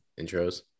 intros